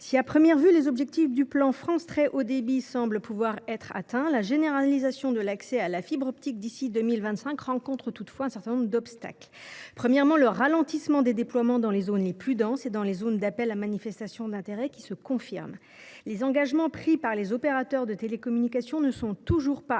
Si, à première vue, les objectifs du plan France Très Haut Débit semblent pouvoir être atteints, la généralisation de l’accès à la fibre optique d’ici à 2025 rencontre encore des obstacles. Tout d’abord, le ralentissement des déploiements dans les zones les plus denses et dans les zones d’appel à manifestation d’intérêt (AMI) se confirme. Les engagements pris par les opérateurs de télécommunications ne sont pas toujours